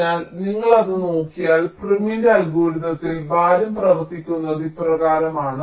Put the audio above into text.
അതിനാൽ നിങ്ങൾ അത് നോക്കിയാൽ പ്രിമിന്റെ അൽഗോരിതത്തിൽ ഭാരം പ്രവർത്തിക്കുന്നത് ഇപ്രകാരമാണ്